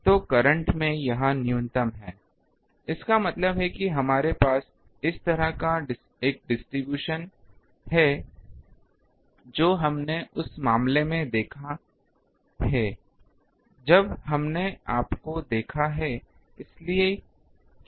तो करंट में यहां न्यूनतम है इसका मतलब है हमारे पास इस तरह का एक डिस्ट्रीब्यूशन है जो हमने उस मामले में देखा है जब हमने आपको देखा है